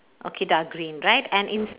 okay dark green right and ins~